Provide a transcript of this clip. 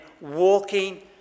walking